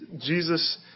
Jesus